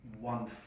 one